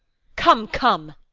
come, come.